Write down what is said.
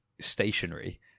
stationary